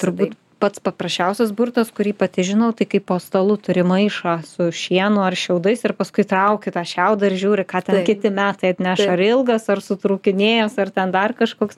turbūt pats paprasčiausias burtas kurį pati žinau tai kai po stalu turi maišą su šienu ar šiaudais ir paskui trauki tą šiaudą ir žiūri ką ten kiti metai atneš ar ilgas ar sutrūkinėjęs ar ten dar kažkoks